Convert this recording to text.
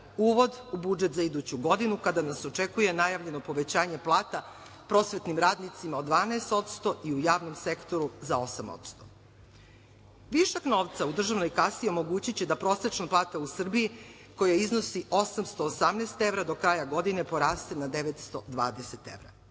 uvod u budžet za iduću godinu kada nas očekuje najavljeno povećanje plata prosvetnim radnicima od 12% i u javnom sektoru za 8%.Višak novca u državnoj kasi omogućiće da prosečna plata u Srbiji koja iznosi 818 evra do kraja godina poraste na 920 evra.